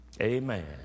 Amen